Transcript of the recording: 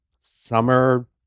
summer